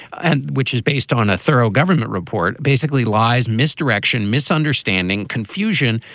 and which is based on a thorough government report, basically lies misdirection, misunderstanding, confusion,